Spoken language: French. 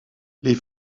les